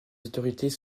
autorités